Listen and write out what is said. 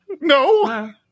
No